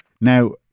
Now